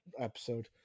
episode